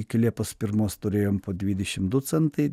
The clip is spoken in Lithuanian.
iki liepos pirmos turėjom po dvidešimt du centai